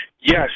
Yes